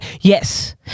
yes